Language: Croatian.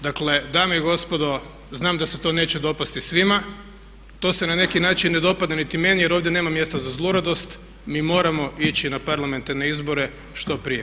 Dakle, dame i gospodo znam da se to neće dopasti svima, to se na neki način ne dopada niti meni jer ovdje nema mjesta za zluradost, mi moramo ići na parlamentarne izbore što prije.